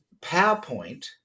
PowerPoint